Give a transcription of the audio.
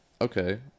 okay